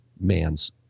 man's